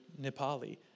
Nepali